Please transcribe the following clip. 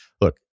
look